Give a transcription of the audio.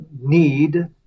need